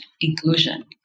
inclusion